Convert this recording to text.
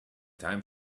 time